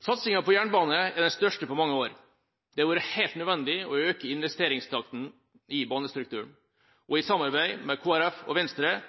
Satsingen på jernbane er den største på mange år. Det har vært helt nødvendig å øke investeringstakten i banestrukturen, og i samarbeid med Kristelig Folkeparti og Venstre